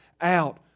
out